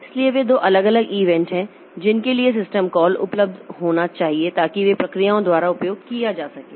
इसलिए वे दो अलग अलग ईवेंट हैं जिनके लिए सिस्टम कॉल उपलब्ध होना चाहिए ताकि वे प्रक्रियाओं द्वारा उपयोग किए जा सकें